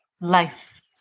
life